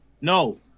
No